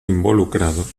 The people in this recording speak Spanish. involucrado